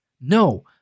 no